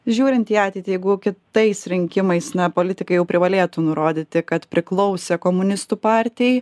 žiūrint į ateitį jeigu kitais rinkimais na politikai jau privalėtų nurodyti kad priklausė komunistų partijai